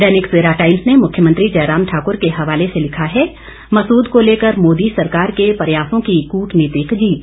दैनिक Savera Times ने मुख्यमंत्री जयराम ठाकुर के हवाले से लिखा है मसूद को लेकर मोदी सरकार के प्रयासों की कूटनीतिक जीत